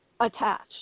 Attached